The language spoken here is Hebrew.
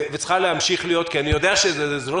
וצריכה להמשיך להיות אני יודע שזה לא